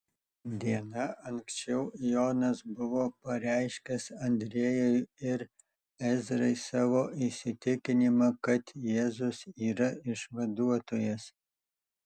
diena anksčiau jonas buvo pareiškęs andriejui ir ezrai savo įsitikinimą kad jėzus yra išvaduotojas